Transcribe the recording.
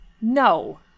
no